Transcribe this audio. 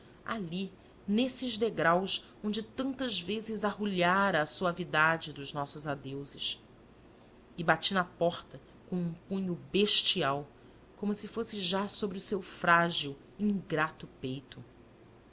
ali nesses degraus onde tantas vezes arrulhara a suavidade dos nossos adeuses e bati na porta com um punho bestial como se fosse já sobre o seu frágil ingrato peito